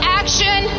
action